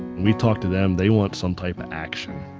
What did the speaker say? we talk to them they want some type of action,